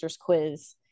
quiz